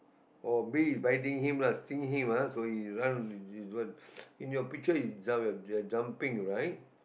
oh bee is biting him lah stinging him ah so he run in your picture he is jump your jump jumping right